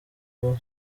cuba